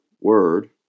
word